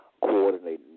coordinating